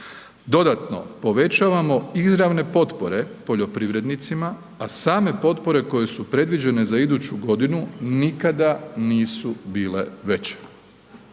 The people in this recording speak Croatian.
Dodatno povećavamo izravne potpore poljoprivrednicima, a same potpore koje su predviđene za iduću godinu nikada nisu bile veće.